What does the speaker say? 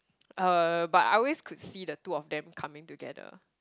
uh but I always could see the two of them coming together